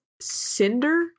Cinder